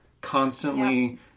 constantly